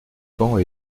quand